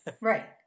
right